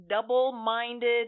double-minded